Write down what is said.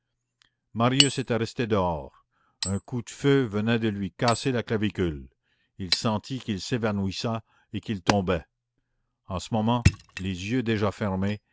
marius était resté dehors un coup de feu venait de lui casser la clavicule il sentit qu'il s'évanouissait et qu'il tombait en ce moment les yeux déjà fermés